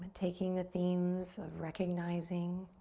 taking the themes of recognizing